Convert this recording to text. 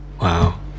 Wow